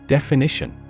Definition